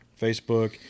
Facebook